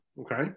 Okay